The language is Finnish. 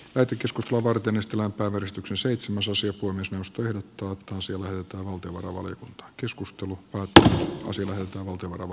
käyty keskustelua varten ja stella valistuksen seitsemäs osia kunnes nostureiden tuottaa sille että valtiovarainvaliokunta keskustelu jotta voisimme ottaa vakava